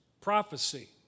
prophecy